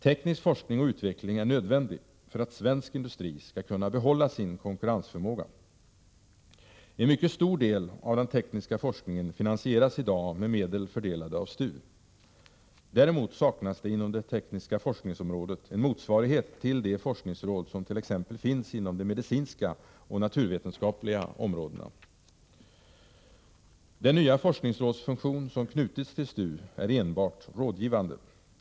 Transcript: Teknisk forskning och utveckling är nödvändig för att svensk industri skall kunna behålla sin konkurrensförmåga. En mycket stor del av den tekniska forskningen finansieras i dag med medel fördelade av STU. Däremot saknas inom det tekniska forskningsområdet en motsvarighet till de forskningsråd som finns t.ex. inom de medicinska och naturvetenskapliga områdena. Den nya forskningsrådsfunktion som knutits till STU är enbart rådgivande.